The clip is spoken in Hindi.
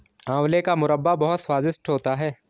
आंवले का मुरब्बा बहुत स्वादिष्ट होता है